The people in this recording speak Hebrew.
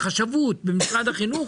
החשבות במשרד החינוך,